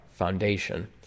foundation